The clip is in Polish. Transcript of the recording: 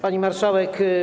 Pani Marszałek!